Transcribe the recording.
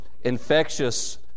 infectious